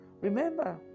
Remember